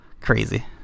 Crazy